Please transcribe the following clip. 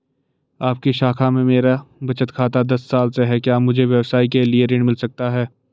आपकी शाखा में मेरा बचत खाता दस साल से है क्या मुझे व्यवसाय के लिए ऋण मिल सकता है?